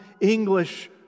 English